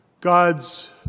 God's